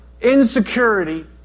insecurity